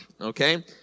Okay